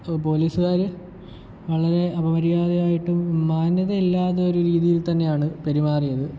പോലീസുകാർ വളരെ അപമര്യാദയായിട്ടും മാന്യതയില്ലാതെ ഒരു രീതിയിൽ തന്നെയാണ് പെരുമാറിയത്